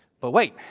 but wait.